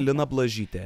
lina blažytė